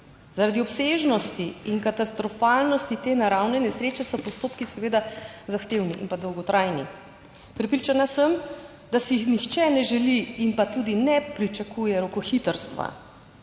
Zaradi obsežnosti in katastrofalnosti te naravne nesreče so postopki seveda zahtevni in dolgotrajni. Prepričana sem, da si nihče ne želi in pa tudi ne pričakuje rokohitrstva